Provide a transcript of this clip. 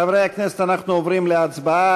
חברי הכנסת, אנחנו עוברים להצבעה.